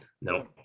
No